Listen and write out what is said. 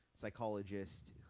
psychologist